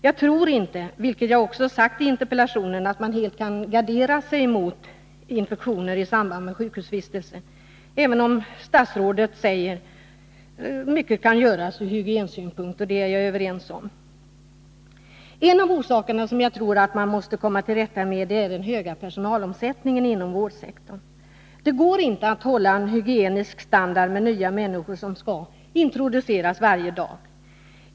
Jag tror inte — vilket jag sagt i interpellationen — att man helt kan gardera sig mot infektioner i samband med sjukhusvistelse, även om, som statsrådet säger, mycket kan göras ur hygiensynpunkt, och det är vi överens om. En av de orsaker som jag tror att man måste komma till rätta med är den höga personalomsättningen inom vårdsektorn. Det går inte att hålla en hygienisk standard när nya människor skall introduceras varje dag.